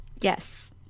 Yes